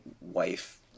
wife